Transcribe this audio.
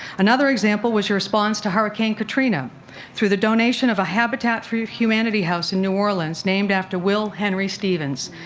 another example was your response to hurricane katrina through the donation of a habitat for humanity house in new orleans named after will henry stevens,